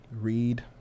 read